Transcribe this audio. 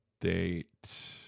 date